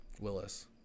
Willis